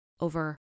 over